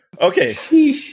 Okay